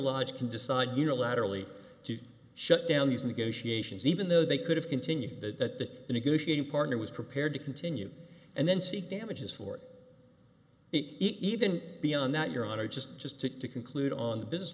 lodge can decide unilaterally to shut down these negotiations even though they could have continued that a negotiating partner was prepared to continue and then seek damages for even beyond that your honor just just to conclude on th